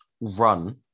run